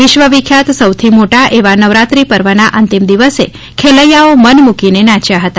વિશ્વ વિખ્યાત સૌથી મોટા એવા નવરાત્રિ પર્વના અંતિમ દિવસે ખેલૈથાઓ મન મુકીને નાચ્યા હતા